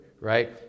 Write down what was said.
right